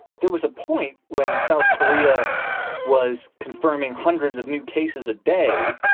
there was a point when south korea was confirming hundreds of new cases a day.